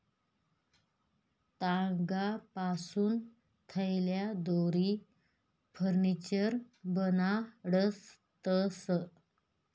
तागपासून थैल्या, दोरी, फर्निचर बनाडतंस